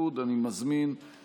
אני מוותרת כדי שהוא יענה.